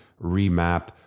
remap